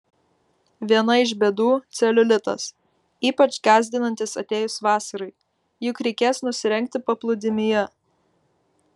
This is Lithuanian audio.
viena iš bėdų celiulitas ypač gąsdinantis atėjus vasarai juk reikės nusirengti paplūdimyje